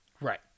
Right